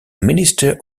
minister